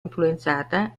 influenzata